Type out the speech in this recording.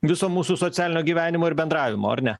viso mūsų socialinio gyvenimo ir bendravimo ar ne